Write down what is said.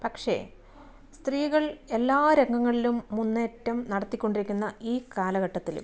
പക്ഷേ സ്ത്രീകൾ എല്ലാ രംഗങ്ങളിലും മുന്നേറ്റം നടത്തിക്കൊണ്ടിരിക്കുന്ന ഈ കാലഘട്ടത്തിലും